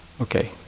Okay